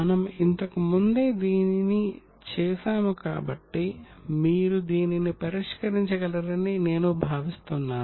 మనము ఇంతకు ముందే దీనిని చేసాము కాబట్టి మీరు దీనిని పరిష్కరించగలరని నేను భావిస్తున్నాను